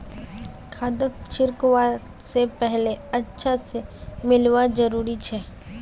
खादक छिड़कवा स पहले अच्छा स मिलव्वा जरूरी छ